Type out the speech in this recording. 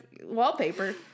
wallpaper